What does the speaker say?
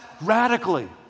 radically